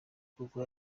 kuko